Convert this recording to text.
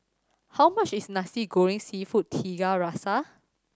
how much is Nasi Goreng Seafood Tiga Rasa